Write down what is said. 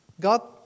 God